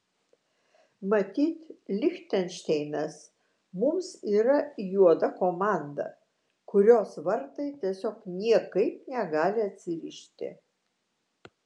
matyt lichtenšteinas mums yra juoda komanda kurios vartai tiesiog niekaip negali atsirišti